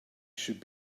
should